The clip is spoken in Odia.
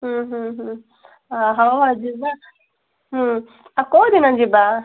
ହୁଁ ହୁଁ ହୁଁ ଆ ହଉ ଆଉ ଯିବା ହୁଁ ଆଉ କୋଉଦିନ ଯିବା